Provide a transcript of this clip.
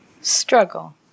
Struggle